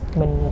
mình